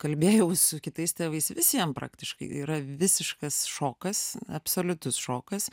kalbėjau su kitais tėvais visiem praktiškai yra visiškas šokas absoliutus šokas